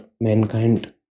mankind